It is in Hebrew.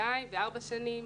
שנתיים וארבע שנים.